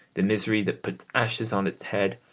the misery that puts ashes on its head,